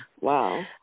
Wow